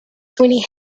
sweeney